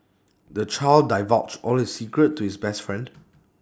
the child divulged all his secrets to his best friend